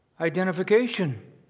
identification